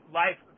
life